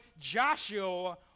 Joshua